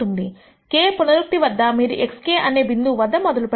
K పునరుక్తి వద్ద మీరు xkఅనే బిందువు వద్ద మొదలు పెడతారు